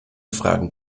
fragen